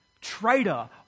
traitor